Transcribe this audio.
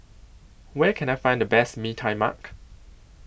Where Can I Find The Best Mee Tai Mak